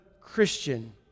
Christian